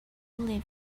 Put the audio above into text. live